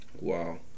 wow